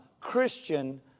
Christian